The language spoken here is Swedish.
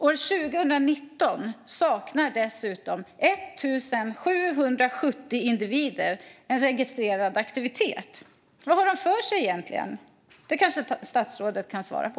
År 2019 saknade dessutom 1 770 individer en registrerad aktivitet. Vad har de för sig egentligen? Det kanske statsrådet kan svara på.